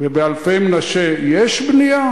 ובאלפי-מנשה יש בנייה?